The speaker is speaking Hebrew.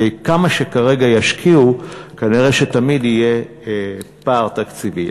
כמה שכרגע ישקיעו, כנראה תמיד יהיה פער תקציבי.